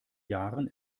jahren